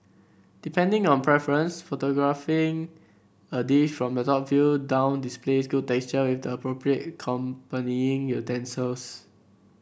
depending on preference photographing a dish from the top view down displays good with the appropriate accompanying utensils